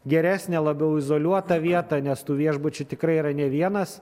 geresnę labiau izoliuotą vietą nes tų viešbučių tikrai yra ne vienas